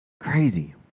Crazy